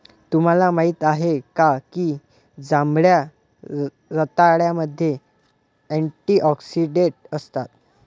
तुम्हाला माहित आहे का की जांभळ्या रताळ्यामध्ये अँटिऑक्सिडेंट असतात?